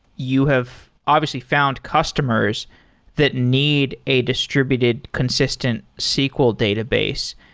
you have obviously found customers that need a distributed consistent sql database.